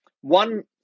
one